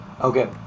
Okay